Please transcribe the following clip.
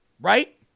right